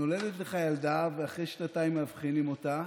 נולדת לך ילדה, ואחרי שנתיים מאבחנים אותה,